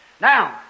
Now